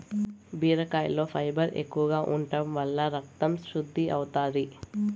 బీరకాయలో ఫైబర్ ఎక్కువగా ఉంటం వల్ల రకతం శుద్ది అవుతాది